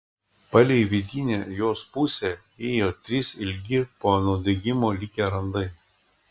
palei vidinę jos pusę ėjo trys ilgi po nudegimo likę randai